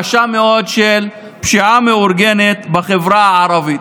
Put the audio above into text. הקשה מאוד של פשיעה מאורגנת בחברה הערבית.